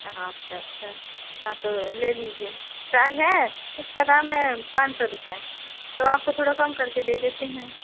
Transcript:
हाँ अच्छा अच्छा हाँ तो ले लीजिए चार है इसका दाम है पाँच सौ रुपए तो आपको थोड़ा कम करके दे देते हैं